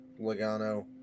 Logano